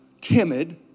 timid